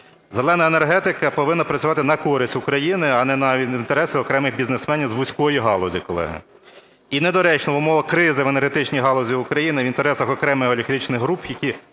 "Зелена" енергетика повинна працювати на користь України, а не на інтереси окремих бізнесменів з вузької галузі, колеги. І недоречно в умовах кризи в енергетичній галузі України в інтересах окремих олігархічних груп, які